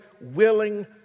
willing